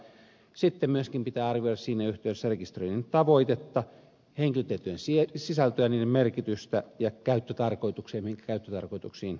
sitten myöskin pitää arvioida siinä yhteydessä rekisterien tavoitetta henkilötietojen sisältöä ja niiden merkitystä ja käyttötarkoitusta mihin käyttötarkoituksiin niitä käytetään